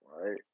Right